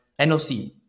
NOC